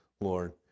Lord